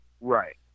Right